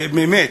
באמת.